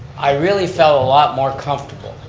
i really felt a lot more comfortable